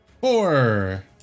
Four